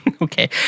okay